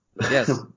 Yes